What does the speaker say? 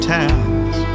towns